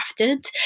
crafted